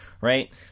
Right